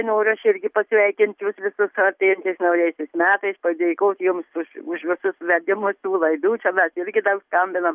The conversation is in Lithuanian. noriu aš irgi pasveikinti jus visus su artėjančiais naujaisiais metais padėkot jums už už visus vedimus tų laidų čia mes irgi daug skambinam